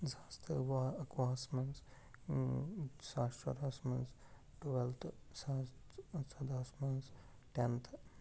زٕ ساس تہٕ وُہ اَکوُہَس منٛز زٕ ساس شُراہس منٛز ٹُوٮ۪لتھٕ زٕ ساس ژۄداہَس منٛز ٹینتھٕ